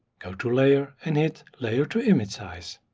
go to layer and hit layer to image size.